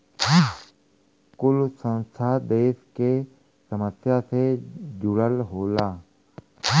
कुल संस्था देस के समस्या से जुड़ल होला